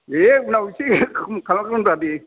जे उनाव एसे खम खालामगोन रा दे